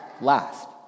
last